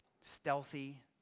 stealthy